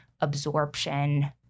absorption